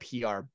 PR